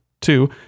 two